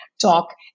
talk